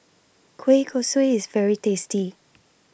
Kueh Kosui IS very tasty